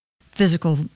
physical